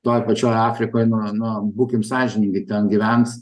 toj pačioj afrikoj na na būkim sąžiningi ten gyvens